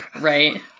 Right